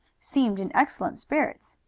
seemed in excellent spirits.